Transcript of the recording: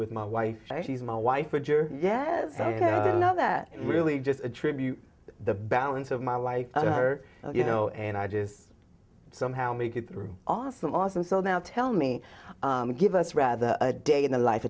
with my wife my wife or ger yes i know that really just attribute the balance of my life or you know and i just somehow make it through awesome awesome so now tell me give us rather a day in the life